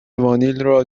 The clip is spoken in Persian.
وانیل